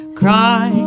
cry